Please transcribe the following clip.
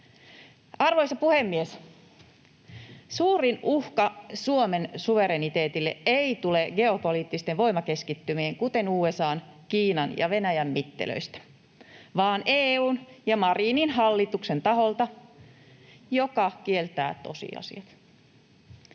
Arvoisa puhemies! Suurin uhka Suomen suvereniteetille ei tule geopoliittisten voimakeskittymien, kuten USA:n, Kiinan ja Venäjän mittelöistä, vaan EU:n ja Marinin hallituksen taholta, joka kieltää tosiasiat.